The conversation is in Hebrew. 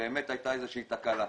שהייתה תקלה.